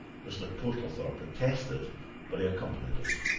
mr. portlethorpe protested but he accompanied us.